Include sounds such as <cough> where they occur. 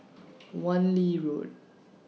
<noise> Wan Lee Road